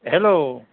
hello